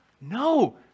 No